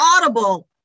audible